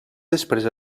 després